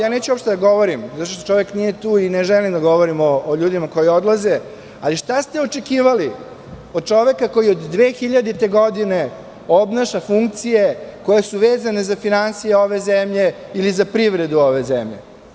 Neću uopšte da govorim zato što čovek nije tu i ne želim da govorim o ljudima koji odlaze, ali šta ste očekivali od čoveka koji od 2000. godine obnaša funkcije koje su vezane za finansije ove zemlje ili za privredu ove zemlje.